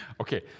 Okay